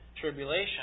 tribulation